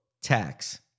tax